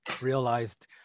realized